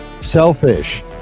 selfish